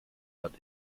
hat